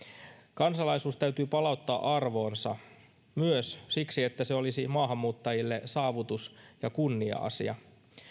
kansalaisuus täytyy palauttaa arvoonsa myös siksi että se olisi maahanmuuttajille saavutus ja kunnia asia